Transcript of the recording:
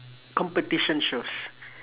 competition shows